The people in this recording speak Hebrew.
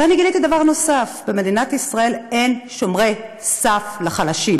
ואני גיליתי דבר נוסף: במדינת ישראל אין שומרי סף לחלשים.